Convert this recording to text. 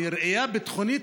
מראייה ביטחונית,